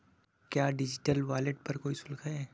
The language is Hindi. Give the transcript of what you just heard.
क्या डिजिटल वॉलेट पर कोई शुल्क है?